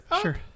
Sure